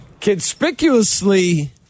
conspicuously